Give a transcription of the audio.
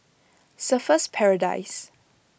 Surfer's Paradise